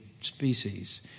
species